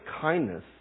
kindness